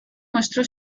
mostró